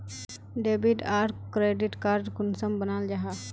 Debit आर credit card कुंसम बनाल जाहा?